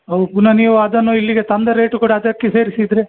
ಔ ಪುನಃ ನೀವು ಅದನ್ನು ಇಲ್ಲಿಗೆ ತಂದ ರೇಟು ಕೂಡ ಅದಕ್ಕೆ ಸೇರಿಸಿದರೆ